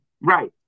Right